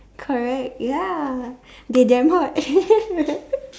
correct ya they damn hot